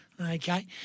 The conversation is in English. Okay